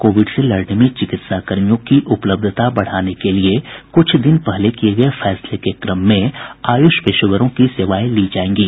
Covid से लडने में चिकित्साकर्मियों की उपलब्धता बढाने के लिए कुछ दिन पहले किए गए फैसले के क्रम में आयुष पेशेवरों की सेवायें ली जाएंगी